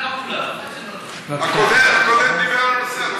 הקודם דיבר על הנושא.